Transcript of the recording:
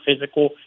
physical